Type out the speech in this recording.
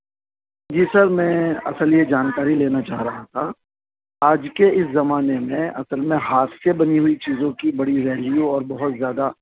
جی sir میں اصل یہ جانکاری لینا چاہ رہا تھا آج کے اس زمانے میں اصل میں ہاتھ سے بنی ہوئی چیزوں کی بڑی ویلیو اور بہت زیادہ